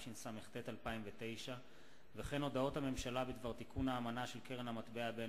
התשס"ט 2009. הודעות הממשלה בדבר תיקון האמנה של קרן המטבע הבין-לאומית,